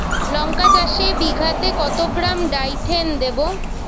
লঙ্কা চাষে বিঘাতে কত গ্রাম ডাইথেন দেবো?